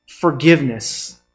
forgiveness